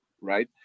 right